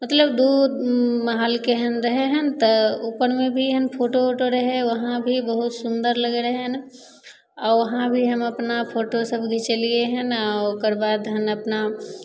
मतलब दुइ महल केहन रहै हँ तऽ उपरमे भी हँ फोटो उटो रहै वहाँ भी बहुत सुन्दर लागै रहै हँ आओर वहाँ भी हम अपना फोटो सब घिचेलिए हँ आओर ओकरबाद हँ अपना